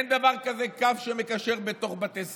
אין דבר כזה קו שמקשר בתוך בתי ספר.